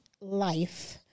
life